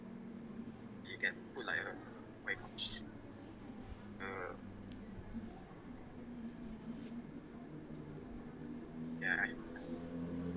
you can put like err what you call err ya I